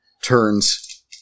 turns